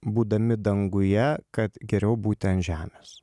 būdami danguje kad geriau būti ant žemės